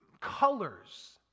colors